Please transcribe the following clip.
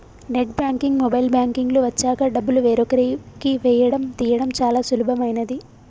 net banking, mobile banking లు వచ్చాక డబ్బులు వేరొకరికి వేయడం తీయడం చాలా సులభమైనది